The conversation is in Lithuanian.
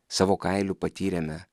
savo kailiu patyrėme